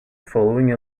following